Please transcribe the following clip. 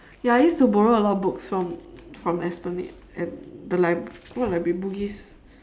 ya I used to borrow a lot of books from from esplanade and the lib~ what library bugis